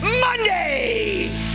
Monday